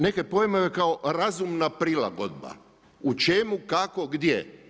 Neke pojmove kao razumna prilagodba, u čemu, kako, gdje?